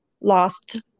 Lost